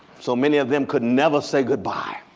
so many of them could never say goodbye